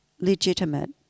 legitimate